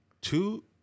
two